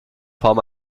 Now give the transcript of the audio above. form